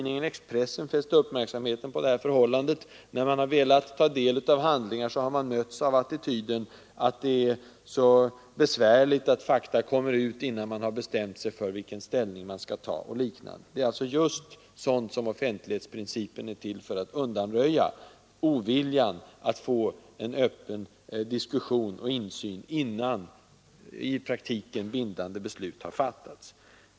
När någon har velat ta del av handlingar har vederbörande mötts av attityden att ”det är så besvärligt att fakta kommer ut innan man har bestämt sig för vilken ståndpunkt man skall ta”. Det är just sådant som offentlighetsprincipen är till för att undanröja — oviljan att få en öppen diskussion och insyn innan i praktiken bindande beslut har fattats.